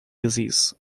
disease